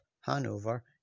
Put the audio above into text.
Hanover